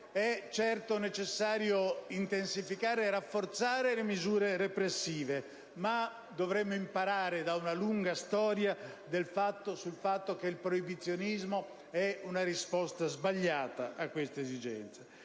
di morte è necessario intensificare e rafforzare le misure repressive, ma dovremmo imparare da una lunga storia che il proibizionismo è una risposta sbagliata a tale esigenza.